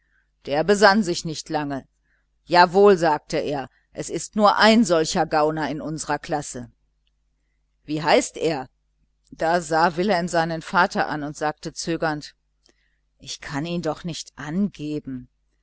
der besann sich nicht lange jawohl sagte er es ist nur ein solcher gauner in unserer klasse wie heißt er da sah wilhelm seinen vater an und sagte zögernd ich kann ihn doch nicht angeben